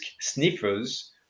sniffers